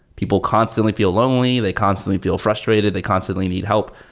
people constantly feel lonely. they constantly feel frustrated. they constantly need help.